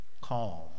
calm